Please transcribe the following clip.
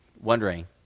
wondering